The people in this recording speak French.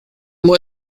moi